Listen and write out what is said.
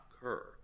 occur